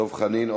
דב חנין.